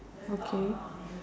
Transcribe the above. okay